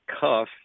cuff